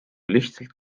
lihtsalt